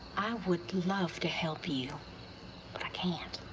i would love to help you. but i can't.